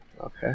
Okay